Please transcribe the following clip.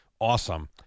Awesome